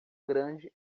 grande